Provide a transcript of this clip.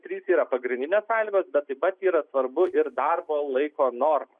trys yra pagrindinės sąlygos bet taip pat yra svarbu ir darbo laiko norma